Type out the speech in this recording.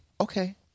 Okay